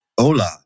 Hola